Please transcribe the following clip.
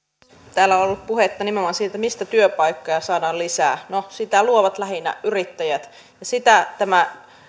täällä on ollut puhetta nimenomaan siitä mistä työpaikkoja saadaan lisää no sitä luovat lähinnä yrittäjät ja sitä tämä